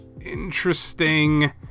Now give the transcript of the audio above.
interesting